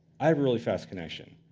i have a really fast connection,